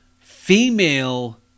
female